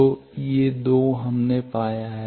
तो ये 2 हमने पाया है